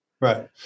Right